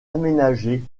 aménagé